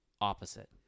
Opposite